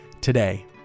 today